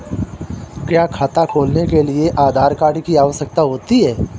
क्या खाता खोलने के लिए आधार कार्ड की आवश्यकता होती है?